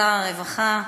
שר הרווחה,